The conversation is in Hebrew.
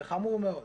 זה חמור מאוד.